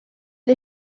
les